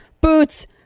boots